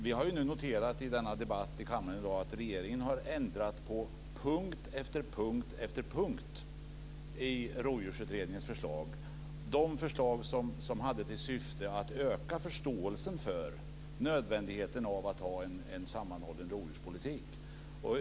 Vi har noterat i debatten i kammaren i dag att regeringen har ändrat på punkt efter punkt i Rovdjursutredningens förslag, förslag som hade till syfte att öka förståelsen för nödvändigheten av att ha en sammanhållen rovdjurspolitik.